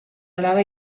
alaba